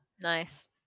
Nice